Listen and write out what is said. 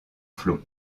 flot